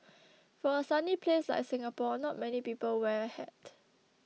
for a sunny place like Singapore not many people wear a hat